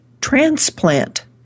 transplant